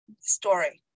story